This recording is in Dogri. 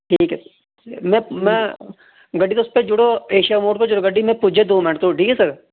ठीक ऐ ठीक में में गड्डी तुस भेजू उड़ो एशिया मोड़ भेजो गड्डी में पुज्जेआ दो मैंट धोड़ी ठीक ऐ सर